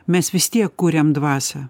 mes vis tiek kuriam dvasią